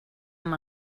amb